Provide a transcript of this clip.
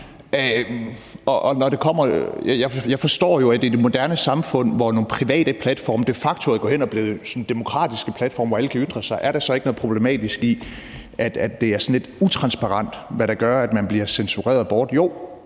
det er spørgsmålet om det moderne samfund, hvor nogle private platforme de facto er gået hen og blevet sådan demokratiske platforme, hvor alle kan ytre sig, og om der så ikke er noget problematisk i, at det er sådan lidt utransparent, hvad der gør, at man bliver censureret bort. Jo,